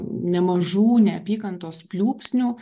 nemažų neapykantos pliūpsnių